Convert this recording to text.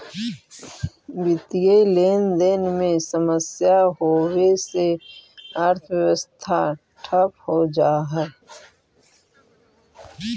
वित्तीय लेनदेन में समस्या होवे से अर्थव्यवस्था ठप हो जा हई